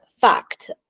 fact